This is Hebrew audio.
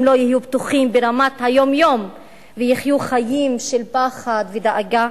לא יהיו בטוחים ברמת היום-יום ויחיו חיים של פחד ודאגה?